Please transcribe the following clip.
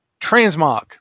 Transmog